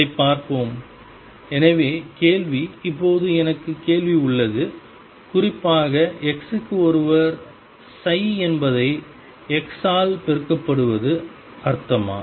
அதைப் பார்ப்போம் எனவே கேள்வி இப்போது எனக்கு கேள்வி உள்ளது குறிப்பாக x க்கு ஒருவர் என்பதை x ஆல் பெருக்கப்படுவது அர்த்தமா